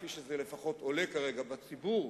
כפי שזה לפחות עולה כרגע בציבור,